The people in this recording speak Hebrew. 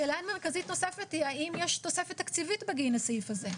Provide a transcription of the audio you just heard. שאלה מרכזית נוספת היא האם יש תוספת תקציבית בגין הסעיף הזה?